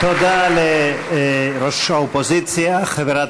תודה לראש האופוזיציה חברת